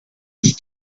was